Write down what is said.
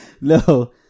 No